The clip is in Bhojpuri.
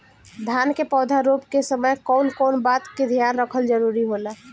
धान के पौधा रोप के समय कउन कउन बात के ध्यान रखल जरूरी होला?